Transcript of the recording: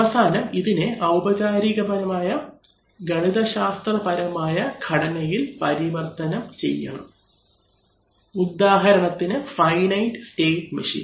അവസാനം ഇതിനെ ഔപചാരികമായ ഗണിതശാസ്ത്രപരമായ ഘടനയിൽ പരിവർത്തനം ചെയ്യണം ഉദാഹരണത്തിന് ഫൈനൈറ്റ് സ്റ്റേറ്റ് മെഷീൻ